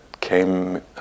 came